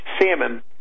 salmon